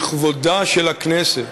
לכבודה של הכנסת,